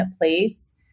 place